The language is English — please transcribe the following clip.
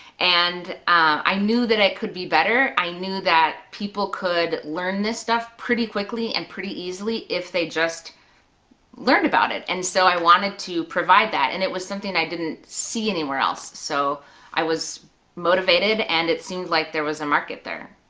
and i knew that it could be better. i knew that people could learn this stuff pretty quickly and pretty easily if they just learn about it, and so i wanted to provide that and it was something i didn't see anywhere else, else, so i was motivated and it seemed like there was a market there.